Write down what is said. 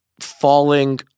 falling